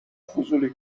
فضولی